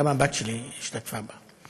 גם הבת שלי השתתפה בה,